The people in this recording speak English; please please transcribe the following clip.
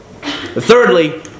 Thirdly